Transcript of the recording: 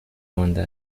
مانده